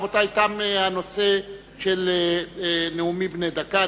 רבותי, תם הנושא של נאומים בני דקה.